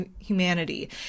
humanity